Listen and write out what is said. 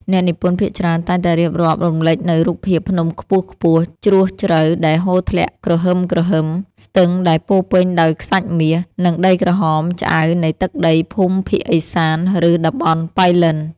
អ្នកនិពន្ធភាគច្រើនតែងតែរៀបរាប់រំលេចនូវរូបភាពភ្នំខ្ពស់ៗ ជ្រោះជ្រៅដែលហូរធ្លាក់គ្រហឹមៗ ស្ទឹងដែលពោរពេញដោយខ្សាច់មាស និងដីក្រហមឆ្អៅនៃទឹកដីភូមិភាគឦសាន ឬតំបន់ប៉ៃលិន។